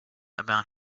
about